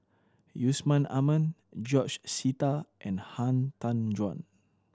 Yusman Aman George Sita and Han Tan Juan